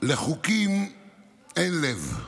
לחוקים אין לב,